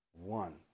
One